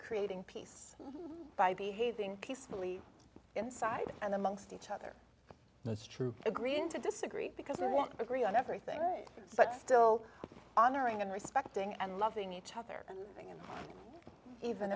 creating peace by behaving peacefully inside and amongst each other that's true agreeing to disagree because agree on everything but still honoring and respecting and loving each other and thing and even